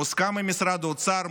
מוסכם עם משרד האוצר,